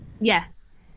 Yes